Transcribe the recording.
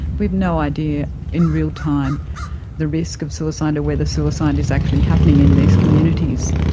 we've no idea in real time the risk of suicide or whether suicide is actually happening in these communities.